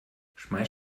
schmeiß